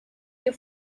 que